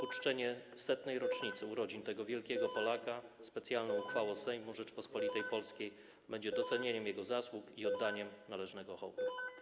Uczczenie 100. rocznicy urodzin tego wielkiego Polaka specjalną uchwałą Sejmu Rzeczypospolitej Polskiej będzie docenieniem jego zasług i oddaniem należnego hołdu.